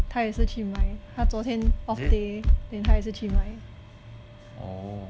他要是去买他昨天 off day then 他要是去买